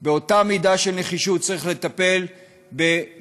באותה מידה של נחישות צריך לטפל במצוקתם